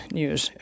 news